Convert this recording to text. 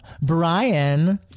Brian